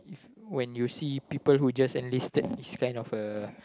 if when you see people who just enlisted it's kind of a